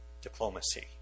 Diplomacy